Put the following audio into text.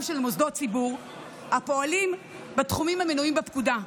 של מוסדות ציבור הפועלים בתחומים המנויים בפקודה.